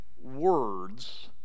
words